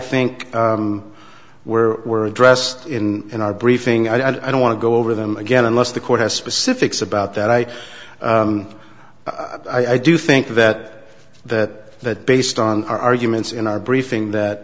think were addressed in in our briefing i don't want to go over them again unless the court has specifics about that i i do think that that that based on our arguments in our briefing that